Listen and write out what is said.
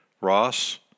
Ross